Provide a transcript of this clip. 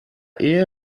ehe